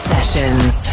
Sessions